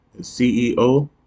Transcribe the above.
CEO